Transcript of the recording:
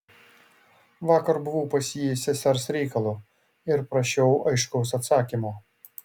vakar buvau pas jį sesers reikalu ir prašiau aiškaus atsakymo